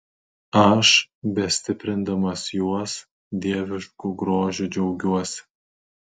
aš bestiprindamas juos dievišku grožiu džiaugiuosi